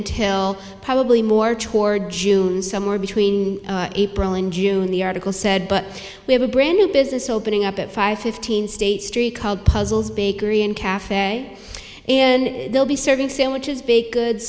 until probably more toward june somewhere between april and june the article said but we have a brand new business opening up at five fifteen state street called puzzles bakery and cafe and they'll be serving sandwiches big good